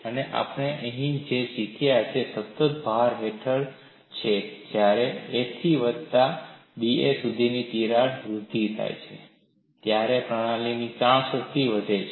અને આપણે અહીં જે શીખ્યા છે તે સતત ભાર હેઠળ છે જ્યારે a થી વત્તા da સુધીની તિરાડની વૃદ્ધિ થાય છે ત્યારે પ્રણાલીની તાણ શક્તિ વધે છે